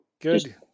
Good